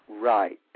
Right